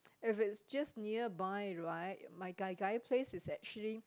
if it's just nearby right my Gai Gai place is actually